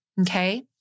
Okay